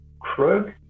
Krug